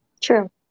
True